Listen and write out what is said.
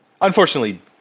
unfortunately